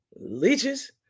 leeches